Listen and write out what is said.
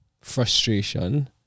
frustration